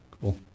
Cool